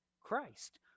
Christ